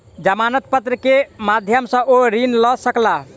जमानत पत्र के माध्यम सॅ ओ ऋण लय सकला